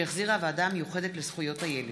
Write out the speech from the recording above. שהחזירה הוועדה המיוחדת לזכויות הילד.